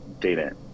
data